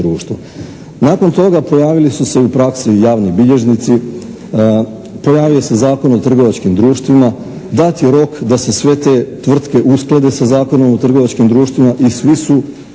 Nakon toga pojavili su se u praksi javni bilježnici, pojavio se Zakon o trgovačkim društvima. Dat je rok da se sve te tvrtke usklade sa Zakonom o trgovačkim društvima i svi su u nekoliko